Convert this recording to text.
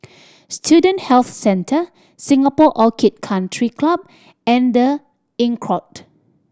Student Health Centre Singapore Orchid Country Club and The Inncrowd